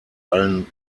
allen